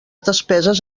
despeses